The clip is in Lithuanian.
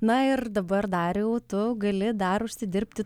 na ir dabar dariau tu gali dar užsidirbti